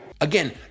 Again